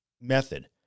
method